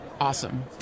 awesome